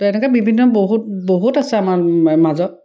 তো এনেকৈ বিভিন্ন বহুত বহুত আছে আমাৰ মাজত